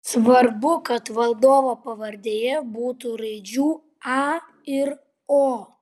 svarbu kad vadovo pavardėje būtų raidžių a ir o